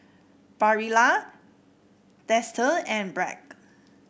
Barilla Dester and Bragg